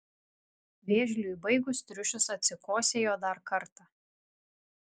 vėžliui baigus triušis atsikosėjo dar kartą